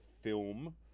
film